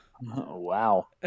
Wow